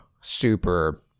super